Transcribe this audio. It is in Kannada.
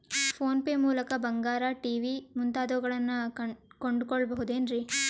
ಫೋನ್ ಪೇ ಮೂಲಕ ಬಂಗಾರ, ಟಿ.ವಿ ಮುಂತಾದವುಗಳನ್ನ ಕೊಂಡು ಕೊಳ್ಳಬಹುದೇನ್ರಿ?